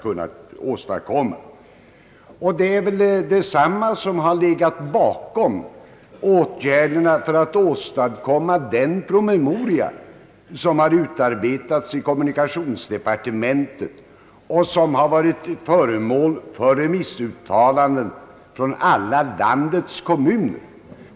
Dessa tankegångar har legat bakom åtgärderna för att åstadkomma den promemoria som har utarbetats i kommunikationsdepartementet och som har varit föremål för remissbehandling i alla landets kommuner.